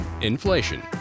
inflation